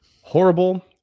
horrible